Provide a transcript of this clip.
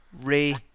Ray